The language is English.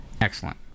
Excellent